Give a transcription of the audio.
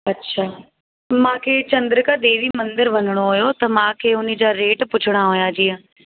अच्छा मूंखे चंद्रिका देवी मंदिर वञिणो हुयो त मूंखे हुनजा रेट पुछिणा हुया जीअं